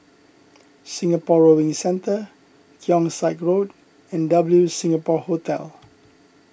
Singapore Rowing Centre Keong Saik Road and W Singapore Hotel